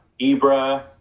Ibra